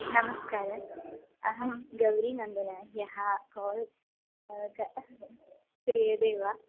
नमस्कार अहं गौरीनन्दना या काल् क्रियते वा